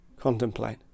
Contemplate